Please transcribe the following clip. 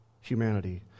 humanity